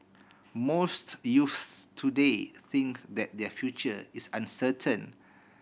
most youths today think that their future is uncertain